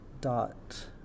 dot